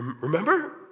remember